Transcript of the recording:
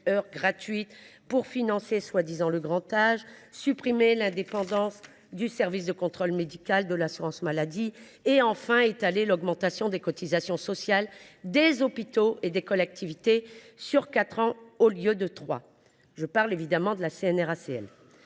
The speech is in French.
heures gratuites pour financer prétendument le grand âge, suppression de l’indépendance du service de contrôle médical de l’assurance maladie et enfin étalement de l’augmentation des cotisations sociales des hôpitaux et des collectivités sur quatre ans au lieu de trois. Je parle, évidemment, de la CNRACL.